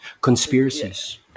conspiracies